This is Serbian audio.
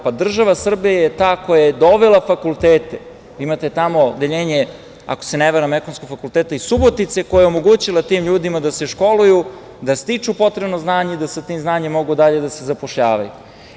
Pa, država Srbija je ta koja je dovela fakultete, imate tamo odeljenje, ako se ne varam, Ekonomskog fakulteta iz Subotice, koje je omogućilo tim ljudima da se školuju, da stiču potrebno znanje i da sa tim znanjem mogu dalje da se zapošljavaju.